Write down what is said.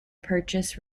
purchase